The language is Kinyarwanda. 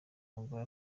umugore